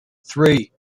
three